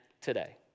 today